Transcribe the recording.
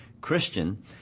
Christian